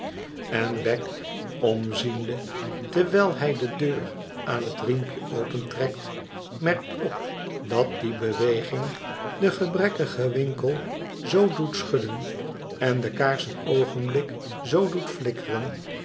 en wegg omziende terwijl hij de deur aan het riempje opentrekt merkt op dat die beweging den gebrekkigen winkel zoo doet schudden en de kaars een oogenblü zoo doet flikkeren